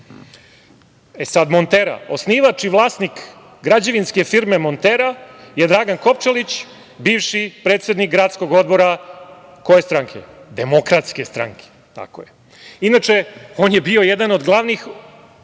sad, „Montera“. Osnivač i vlasnik građevinske firme „Montera“ je Dragan Kopčelić bivši predsednik Gradskog odbora koje stranke? Demokratske stranke. Inače, on je bio jedan od glavnih